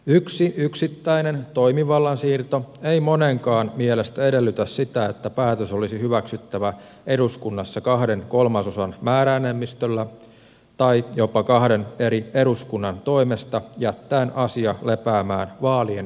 yksi yksittäinen toimivallan siirto ei monenkaan mielestä edellytä sitä että päätös olisi hyväksyttävä eduskunnassa kahden kolmasosan määräenemmistöllä tai jopa kahden eri eduskunnan toimesta jättäen asia lepäämään vaalien yli